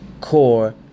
core